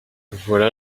voilà